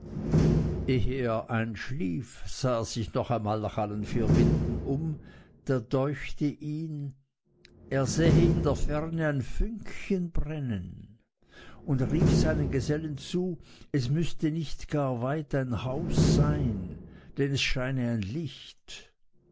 er einschlief sah er sich noch einmal nach allen vier winden um da deuchte ihn er sähe in der ferne ein fünkchen brennen und rief seinen gesellen zu es müßte nicht gar weit ein haus sein denn es scheine ein licht